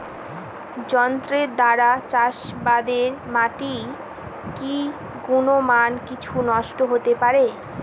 যন্ত্রের দ্বারা চাষাবাদে মাটির কি গুণমান কিছু নষ্ট হতে পারে?